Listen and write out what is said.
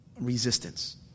resistance